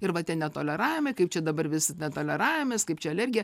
ir va tie netoleravimai kaip čia dabar visi netoleravimas kaip čia alergija